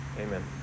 Amen